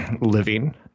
living